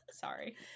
Sorry